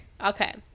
Okay